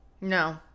No